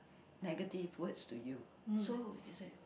negative words to you so you say